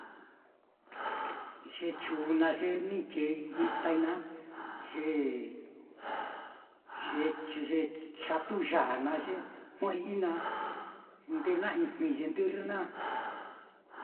ye chuun naá ye ni keei itai naá, ye ye-ye chatuyāā naá ye jue'ei naá nde na jnɨi ye ndɨrrɨ naá.